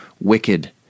wicked